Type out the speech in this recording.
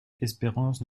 espérance